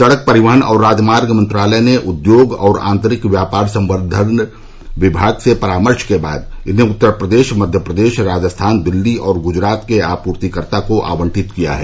सड़क परिवहन और राजमार्ग मंत्रालय ने उद्योग और आंतरिक व्यापार संर्क्धन विमाग से परामर्श के बाद इन्हें उत्तर प्रदेश मध्य प्रदेश राजस्थान दिल्ली और गुजरात के आपूर्तिकर्ता को आवंटित किया है